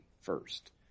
first